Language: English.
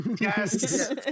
Yes